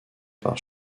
par